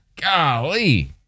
golly